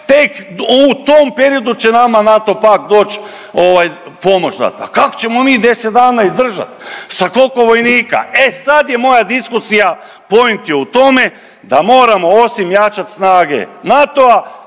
Tek u tom periodu će nama NATO pakt doći ovaj, pomoći dati. Pa kako ćemo mi 10 dana izdržati? Sa koliko vojnika? E sad je moja diskusija, poent je u tome da moramo, osim jačati snage NATO-a,